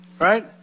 right